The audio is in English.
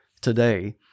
today